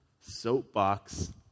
soapbox